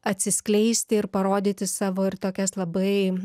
atsiskleisti ir parodyti savo ir tokias labai